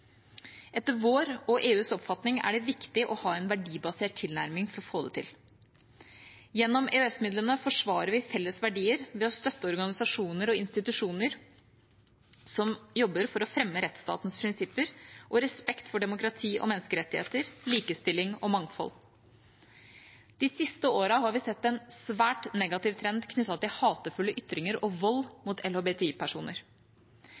Etter vår og EUs oppfatning er det viktig å ha en verdibasert tilnærming for å få det til. Gjennom EØS-midlene forsvarer vi felles verdier ved å støtte organisasjoner og institusjoner som jobber for å fremme rettsstatens prinsipper og respekt for demokrati og menneskerettigheter, likestilling og mangfold. De siste årene har vi sett en svært negativ trend knyttet til hatefulle ytringer og vold